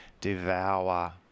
devour